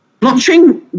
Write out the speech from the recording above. blockchain